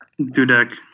Dudek